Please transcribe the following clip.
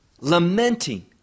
lamenting